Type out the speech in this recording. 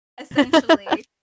Essentially